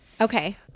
Okay